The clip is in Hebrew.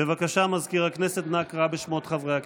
בבקשה, מזכיר הכנסת, אנא קרא בשמות חברי הכנסת.